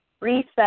reset